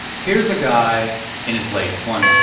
here's a guy in his late twenty s.